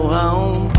home